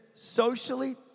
Socially